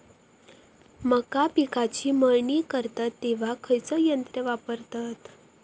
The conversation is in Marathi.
मका पिकाची मळणी करतत तेव्हा खैयचो यंत्र वापरतत?